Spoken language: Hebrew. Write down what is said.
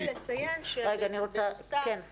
רק רציתי לציין בנוסף,